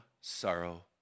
sorrow